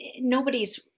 nobody's